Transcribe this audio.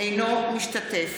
אינו משתתף